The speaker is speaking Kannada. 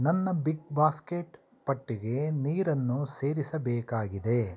ನನ್ನ ಬಿಗ್ ಬಾಸ್ಕೆಟ್ ಪಟ್ಟಿಗೆ ನೀರನ್ನು ಸೇರಿಸಬೇಕಾಗಿದೆ